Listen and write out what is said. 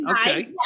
Okay